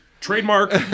Trademark